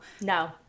No